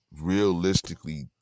realistically